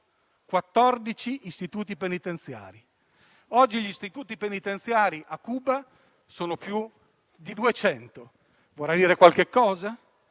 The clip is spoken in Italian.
14 istituti penitenziari. Oggi gli istituti penitenziari a Cuba sono più di 200. Vorrà dire qualcosa?